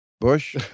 Bush